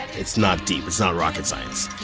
it's not deep, it's not rocket science.